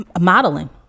modeling